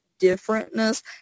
differentness